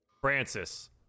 Francis